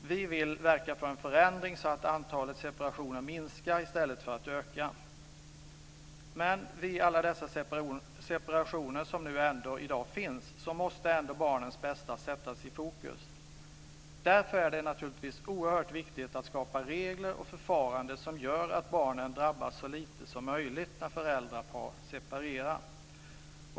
Vi vill verka för en förändring så att antalet separationer minskar i stället för att de ökar. Men vid alla dessa separationer som sker måste ändå barnens bästa sättas i fokus. Därför är det naturligtvis oerhört viktigt att skapa regler och förfaranden som gör att barnen drabbas så lite som möjligt när föräldrapar separerar.